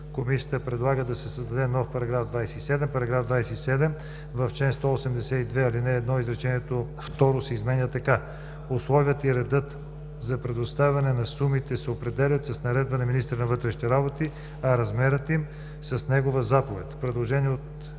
Комисията предлага да се създаде нов § 27: „§ 27. В чл. 182, ал. 1, изречение второ се изменя така: „Условията и редът за предоставянето на сумите се определят с наредба на министъра на вътрешните работи, а размерът им – с негова заповед.“ Предложение от